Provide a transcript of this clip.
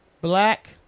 Black